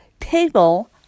table